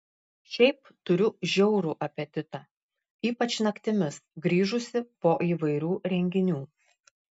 šiaip turiu žiaurų apetitą ypač naktimis grįžusi po įvairių renginių